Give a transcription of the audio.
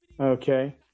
Okay